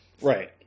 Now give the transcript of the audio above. Right